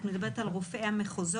את מדברת על רופאי המחוזות?